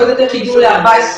אני לא יודע איך הגיעו ל-14,000.